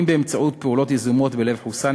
אם באמצעות פעולות יזומות בלב חוסאן,